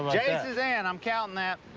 jase is in. i'm counting that.